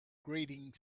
grating